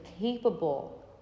capable